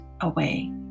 away